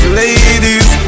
ladies